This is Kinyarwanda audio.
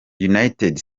united